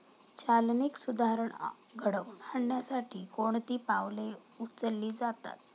चालनीक सुधारणा घडवून आणण्यासाठी कोणती पावले उचलली जातात?